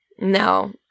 No